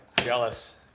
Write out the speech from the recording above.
jealous